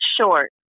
short